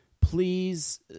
please